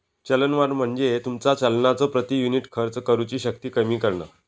चलनवाढ म्हणजे तुमचा चलनाचो प्रति युनिट खर्च करुची शक्ती कमी करणा